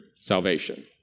salvation